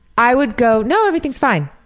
i would go no, everything's fine.